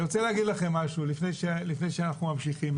אני רוצה להגיד לכם משהו לפני שאנחנו ממשיכים,